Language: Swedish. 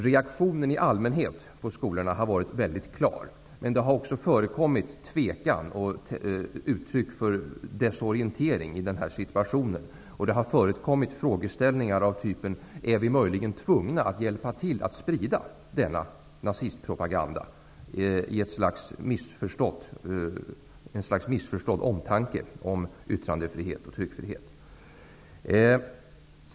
Reaktionen i allmänhet har varit mycket klar på skolorna, men det har också förekommit tvekan och uttryck för desorientering i den här situationen. Det har förekommit frågeställningar av typen om man möjligen är tvungen att hjälpa till att sprida denna nazistpropaganda, i ett slags omtanke om yttrandefrihet och tryckfrihet som bygger på missförstånd.